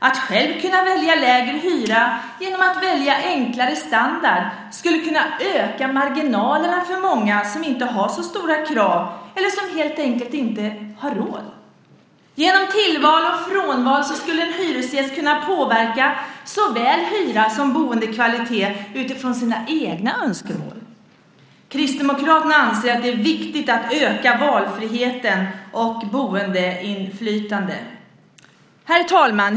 Att själv kunna välja lägre hyra genom att välja enklare standard skulle kunna öka marginalerna för många som inte har så stora krav eller som helt enkelt inte har råd. Genom tillval och frånval skulle en hyresgäst kunna påverka såväl hyra som boendekvalitet utifrån sina egna önskemål. Kristdemokraterna anser att det är viktigt att öka valfriheten och boendeinflytandet. Herr talman!